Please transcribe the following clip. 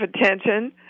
attention